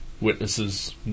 witnesses